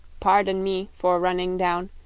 par-don me for run-ning down.